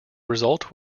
result